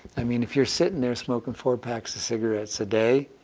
i mean, if you're sitting there smoking four packs of cigarettes a day,